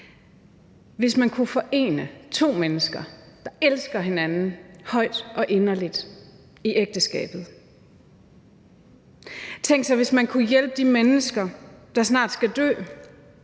hvis man kunne forene to mennesker, der elsker hinanden højt og inderligt, i ægteskabet. Tænk, hvis man kunne hjælpe de mennesker, der snart skal dø,